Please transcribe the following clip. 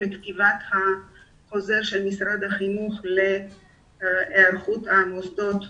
בכתיבת חוזר משרד החינוך להיערכות המוסדות